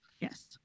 Yes